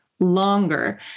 longer